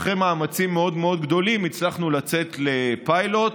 אחרי מאמצים מאוד מאוד גדולים הצלחנו לצאת לפיילוט.